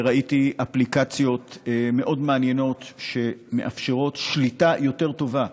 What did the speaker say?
וראיתי אפליקציות מאוד מעניינות שמאפשרות שליטה יותר טובה,